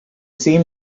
same